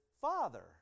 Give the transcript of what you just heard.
Father